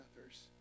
others